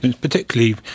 particularly